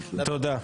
תודה.